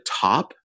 top